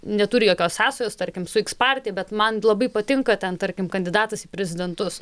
neturi jokios sąsajos tarkim su iks partija bet man labai patinka ten tarkim kandidatas į prezidentus